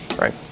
right